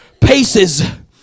paces